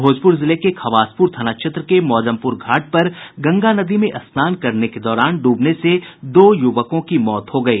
भोजपुर जिले के खबासपुर थाना क्षेत्र के मौजमपुर घाट पर गंगा नदी में स्नान करने के दौरान डूबने से दो युवकों की मौत हो गयी